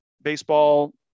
baseball